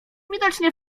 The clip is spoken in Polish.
widocznie